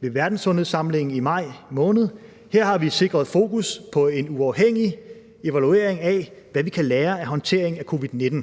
ved verdenssundhedssamlingen i maj måned. Her har vi sikret fokus på en uafhængig evaluering af, hvad vi kan lære af håndteringen af covid-19.